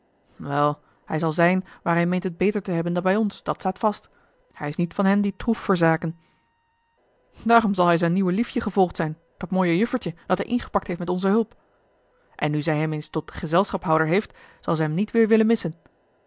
wel hij zal zijn waar hij meent het beter te hebben dan a l g bosboom-toussaint de delftsche wonderdokter bij ons dat staat vast hij is niet van hen die troef verzaken daarom zal hij zijn nieuwe liefje gevolgd zijn dat mooie juffertje dat hij ingepakt heeft met onze hulp en nu zij hem eens tot gezelschaphouder heeft zal zij hem niet weêr willen missen